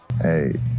Hey